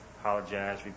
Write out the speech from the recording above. apologize